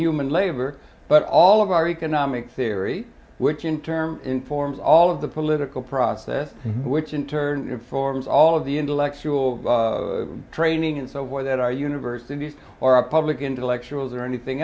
human labor but all of our economic theory which in turn informs all of the political process which in turn informs all of the intellectual training and so for that our universities or a public intellectuals or anything